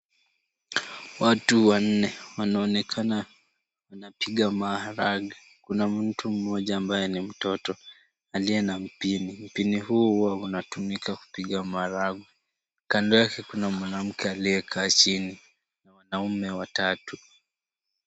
Watu wanne wanaonekana wanapiga maharagwe. Kuna mtu mmoja ambaye ni mtoto aliye na mpini. Mpini huu unatumiwa kupiga maharagwe. Kando yake kuna mwanamke aliyekaa chini na wanaume watatu.